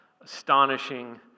astonishing